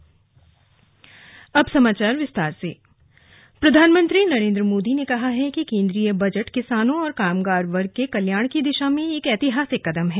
slug प्रधानमंत्री प्रधानमंत्री नरेन्द्र मोदी ने कहा है कि केन्द्रीय बजट किसानों और कामगार वर्गों के कल्याण की दिशा में एक ऐतिहासिक कदम है